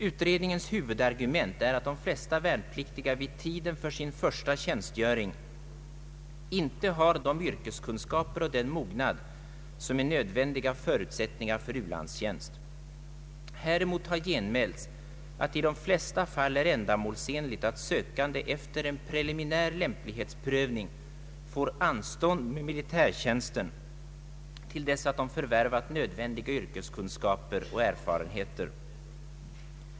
Utredningens huvudargument är att de flesta värnpliktiga vid tiden för sin första tjänstgöring inte har de yrkeskunskaper och den mognad som är nödvändiga förutsättningar för u-landstjänst. Häremot har genmälts att det i de flesta fall är ändamålsenligt att sökande efter en preliminär lämplighetsprövning får anstånd med militärtjänsten till dess att de förvärvat nödvändiga yrkeskunskaper och erfarenheter.